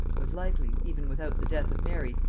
was likely, even without the death of mary,